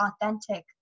authentic